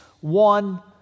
one